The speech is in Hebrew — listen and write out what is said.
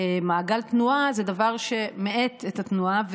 מעגל תנועה זה דבר שמאט את התנועה,